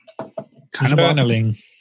journaling